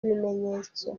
ibimenyetso